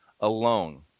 alone